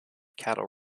cattle